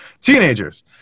teenagers